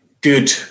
good